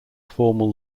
formal